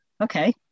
okay